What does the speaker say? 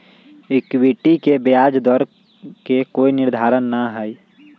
equity के ब्याज दर के कोई निर्धारण ना हई